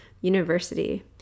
University